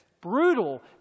brutal